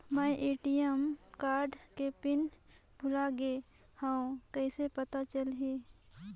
मैं ATM card के PIN भुलाए गे हववं कइसे पता चलही?